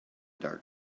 dark